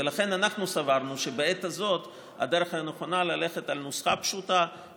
לכן אנחנו סברנו שבעת הזאת הדרך הנכונה היא ללכת על נוסחה פשוטה,